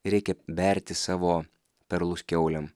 reikia berti savo perlus kiaulėm